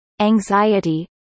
anxiety